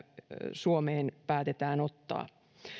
suomeen päätetään ottaa